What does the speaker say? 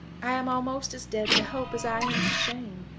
i am almost as dead to hope as i am to shame.